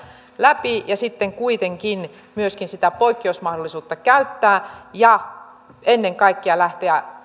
läpi ja sitten kuitenkin myöskin sitä poikkeusmahdollisuutta käyttää ja ennen kaikkea lähteä